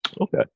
okay